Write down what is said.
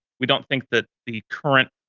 we don't think that the current